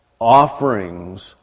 offerings